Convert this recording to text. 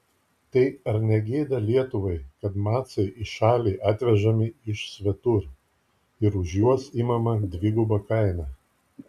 tai ar ne gėda lietuvai kad macai į šalį atvežami iš svetur ir už juos imama dviguba kaina